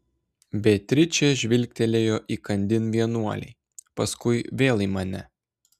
beatričė žvilgtelėjo įkandin vienuolei paskui vėl į mane